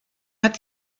hat